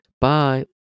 Bye